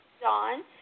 Dawn